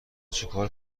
چیکار